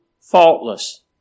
faultless